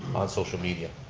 on social media.